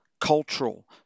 cultural